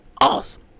awesome